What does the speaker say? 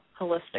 holistic